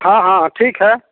हाँ हाँ हाँ ठीक है